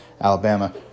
Alabama